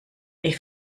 ich